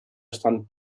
están